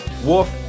Wolf